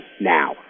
now